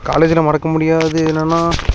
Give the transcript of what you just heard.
காலேஜில் மறக்க முடியாதது என்னென்னா